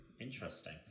interesting